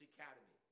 Academy